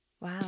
Wow